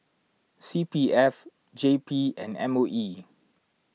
C P F J P and M O E